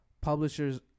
publishers